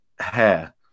Hair